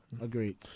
agreed